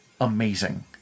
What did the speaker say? amazing